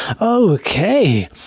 Okay